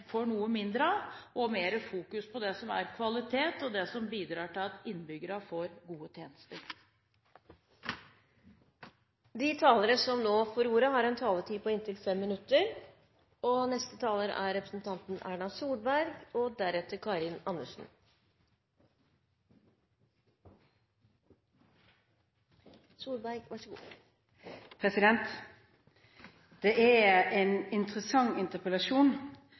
får noe mindre av – og mer fokus på det som er kvalitet, og det som bidrar til at innbyggerne får gode tjenester. Det er en interessant interpellasjon som interpellanten har fremmet, ikke minst fordi man inviterer til en